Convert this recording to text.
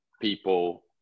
people